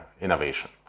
innovation